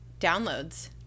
downloads